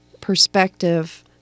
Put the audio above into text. perspective